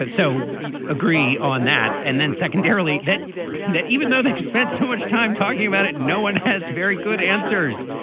so you agree on that. and then secondarily that that even though they've spent so much time talking about it no one has very good answers.